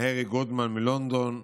הרי גודמן מלונדון וסבי,